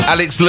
Alex